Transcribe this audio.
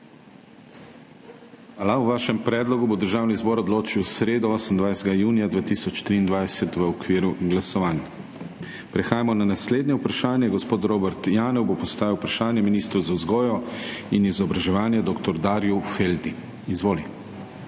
Hvala. O vašem predlogu bo Državni zbor odločil v sredo, 28. junija 2023, v okviru glasovanj. Prehajamo na naslednje vprašanje. Gospod Robert Janev bo postavil vprašanje ministru za vzgojo in izobraževanje dr. Darju Feldi. Izvoli.